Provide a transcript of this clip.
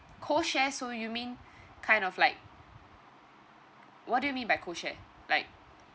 co share so you mean kind of like what do you mean by co share like